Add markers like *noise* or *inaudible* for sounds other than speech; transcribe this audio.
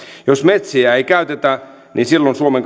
jos metsiä ei käytetä silloin suomen *unintelligible*